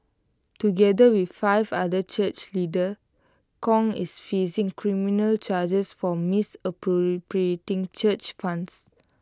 together with five other church leaders Kong is facing criminal charges for misappropriating church funds